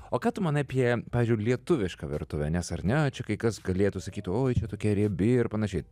o ką tu manai apie pavyzdžiui lietuvišką virtuvę nes ar ne čia kai kas galėtų sakyti oi čia tokia riebi ir panašiai